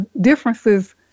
differences